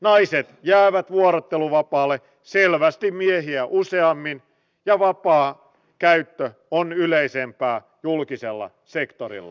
naiset jäävät vuorotteluvapaalle selvästi miehiä useammin ja vapaa käyttö on yleisempää julkisella sektorilla